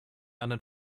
einen